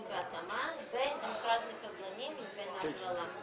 בהתאמה בין המכרז לקבלנים לבין ההגרלה.